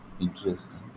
interesting